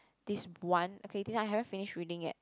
this one okay this one I haven't finish reading yet